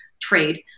trade